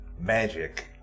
magic